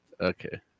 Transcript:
Okay